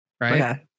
right